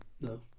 No